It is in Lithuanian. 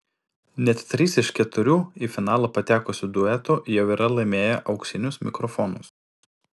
net trys iš keturių į finalą patekusių duetų jau yra laimėję auksinius mikrofonus